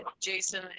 Jason